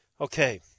Okay